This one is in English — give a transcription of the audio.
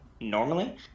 normally